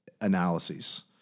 analyses